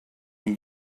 can